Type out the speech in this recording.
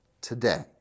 today